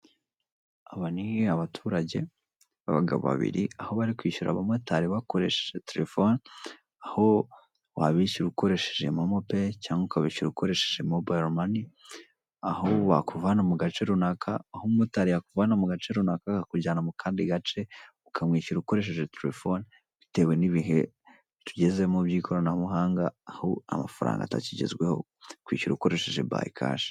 Aba ni abaturage ba bagabo babiri, aho bari kwishyura aba motari bakoresheje terefone, aho wabishyura ukoresheje momo payi (pay) cyangwa ukabishyura ukoresheje mobile mani (money),aho umu motari yakuvana mugace runana aka kujyana mukandi gace runaka, ukamwishyura ukoresheje terefone bitewe nibihe tugezemo by'ikoranabuhanga, aho amafaranga atakigezweho kwishyura amafaranga mu ntoki (by cash).